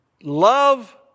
love